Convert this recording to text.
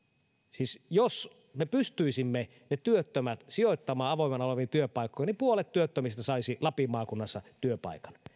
siis jos me pystyisimme ne työttömät sijoittamaan avoimena oleviin työpaikkoihin niin puolet työttömistä saisivat lapin maakunnassa työpaikan